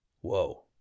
Whoa